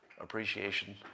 appreciation